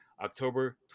October